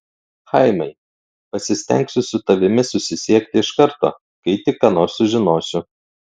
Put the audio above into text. chaimai pasistengsiu su tavimi susisiekti iš karto kai tik ką nors sužinosiu